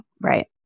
right